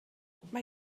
mae